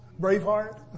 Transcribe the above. Braveheart